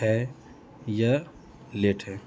ہے یا لیٹ ہے